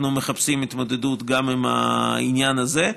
אנחנו מחפשים התמודדות גם עם העניין הזה.